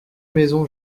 maisons